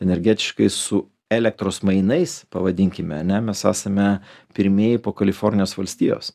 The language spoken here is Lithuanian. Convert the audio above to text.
energetiškai su elektros mainais pavadinkime ane mes esame pirmieji po kalifornijos valstijos